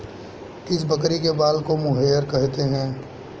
किस बकरी के बाल को मोहेयर कहते हैं?